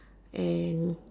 and